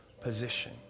position